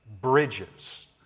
bridges